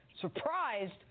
Surprised